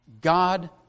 God